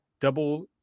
double